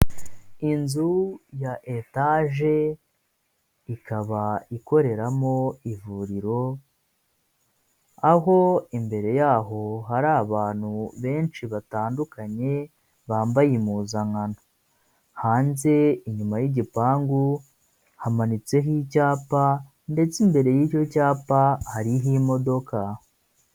Inzu ya etage ikaba ikoreramo ivuriro, aho imbere yaho hari abantu benshi batandukanye bambaye impuzankano. Hanze inyuma y'igipangu hamanitseho icyapa, ndetse imbere y'icyo cyapa hari ho imodoka.